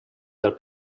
del